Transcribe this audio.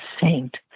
saint